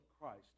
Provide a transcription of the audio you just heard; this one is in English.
Christ